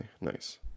nice